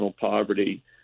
poverty